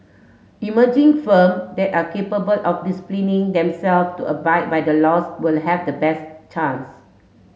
emerging firm that are capable of disciplining them self to abide by the laws will have the best chance